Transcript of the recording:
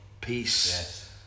peace